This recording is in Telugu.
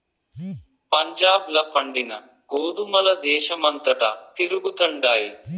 పంజాబ్ ల పండిన గోధుమల దేశమంతటా తిరుగుతండాయి